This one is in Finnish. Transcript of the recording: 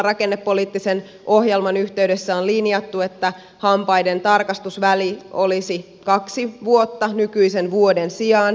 rakennepoliittisen ohjelman yhteydessä on linjattu että hampaiden tarkastusväli olisi kaksi vuotta nykyisen vuoden sijaan